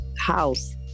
house